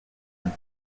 been